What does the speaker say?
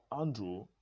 Andrew